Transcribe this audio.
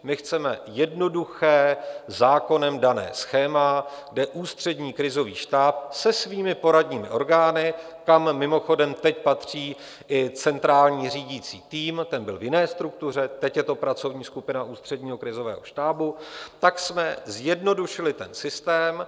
My chceme jednoduché, zákonem dané schéma, kde Ústřední krizový štáb se svými poradními orgány, kam mimochodem teď patří i centrální řídící tým ten byl v jiné struktuře, teď je to pracovní skupina Ústředního krizového štábu tak jsme zjednodušili ten systém.